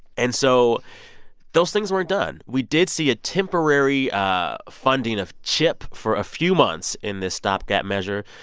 and so those things weren't done we did see a temporary ah funding of chip for a few months in this stopgap measure.